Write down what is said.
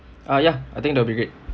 uh ya I think that'll be great